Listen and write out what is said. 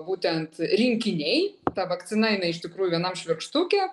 būtent rinkiniai ta vakcina jinai iš tikrųjų vienam švirkštuke